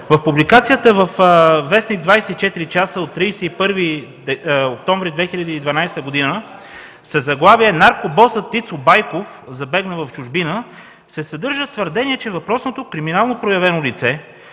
В публикацията във вестник „24 часа” от 31 октомври 2012 г. със заглавие: „Наркобосът Ицо Байков забегна в чужбина”, се съдържа твърдение, че въпросното криминално проявено лице,